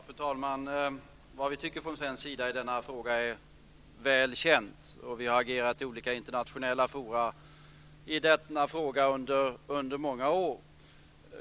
Fru talman! Vad vi tycker från svensk sida i denna fråga är väl känt, och vi har agerat i olika internationella fora i denna fråga under många år.